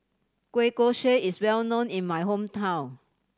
kueh kosui is well known in my hometown